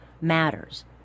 matters